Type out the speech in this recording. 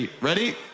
Ready